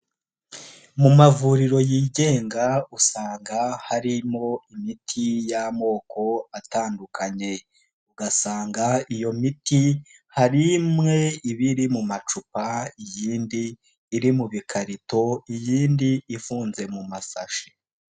Mu mavuriro yigenga usanga harimo imiti y'amoko atandukanye, ugasanga iyo miti hari imwe iba iri mu macupa, iyindi iri mu bikarito, iyindi ifunze mu masashi.